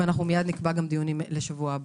ואנחנו מיד נקבע גם דיונים לשבוע הבא.